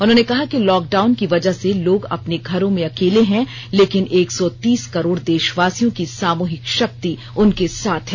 उन्होंने कहा कि लॉकडाउन की वजह से लोग अपने घरों में अकेले हैं लेकिन एक सौ तीस करोड़ देषवासियों की सामुहिक शक्ति उनके साथ है